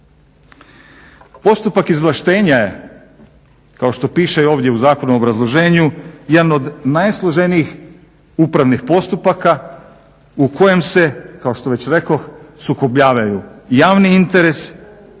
Postupak izvlaštenja je kao što piše ovdje u zakonu u obrazloženju, jedan od najsloženijih upravnih postupaka u kojem se, kao što već rekoh, sukobljavaju javni interes,